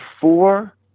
four